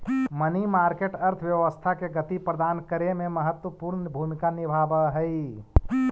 money market अर्थव्यवस्था के गति प्रदान करे में महत्वपूर्ण भूमिका निभावऽ हई